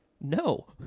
No